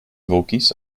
vokis